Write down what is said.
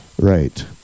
Right